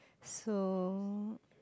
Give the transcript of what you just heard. so